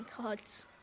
cards